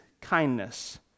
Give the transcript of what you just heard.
kindness